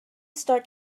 start